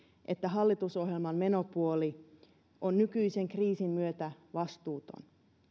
että hallitusohjelman menopuoli on nykyisen kriisin myötä vastuuton